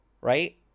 right